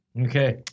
Okay